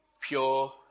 pure